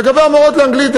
לגבי המורות לאנגלית,